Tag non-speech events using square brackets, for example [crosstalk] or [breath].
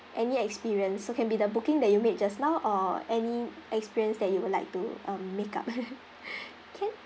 any experience so can be the booking that you made just now or any experience that you would like to um make up [laughs] [breath] can